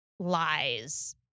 lies